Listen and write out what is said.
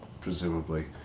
presumably